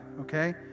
okay